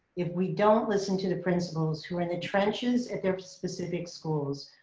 if we don't listen to the principals who are in the trenches at their specific schools,